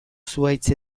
zuhaitz